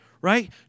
right